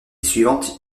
suivante